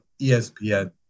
ESPN